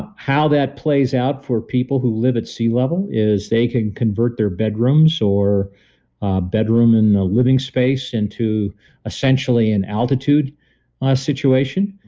ah how that plays out for people who live at sea level is they can convert their bedrooms or bedroom in the living space into essentially an altitude situation.